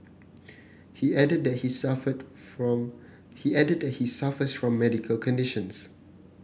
he added that he suffered from he added that he suffers from medical conditions